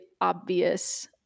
obvious